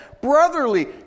brotherly